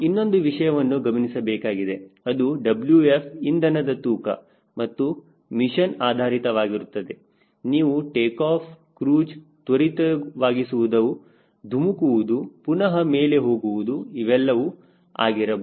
ಇನ್ನೊಂದು ವಿಷಯವನ್ನು ಗಮನಿಸಬೇಕಾಗಿದೆ ಅದು Wf ಇಂಧನದ ತೂಕ ಇದು ಮಿಷನ್ ಆಧಾರಿತವಾಗಿರುತ್ತದೆ ನೀವು ಟೇಕಾಫ್ ಕ್ರೂಜ್ ತ್ವರಿತವಾಗಿ ಸುವುದು ಧುಮುಕುವುದು ಪುನಹ ಮೇಲೆ ಹೋಗುವುದು ಇವೆಲ್ಲವೂ ಆಗಿರಬಹುದು